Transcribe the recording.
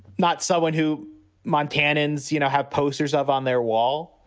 not someone who montanans, you know, have posters of on their wall.